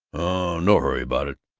no hurry about it.